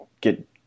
get